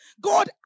God